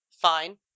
fine